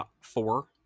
four